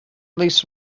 least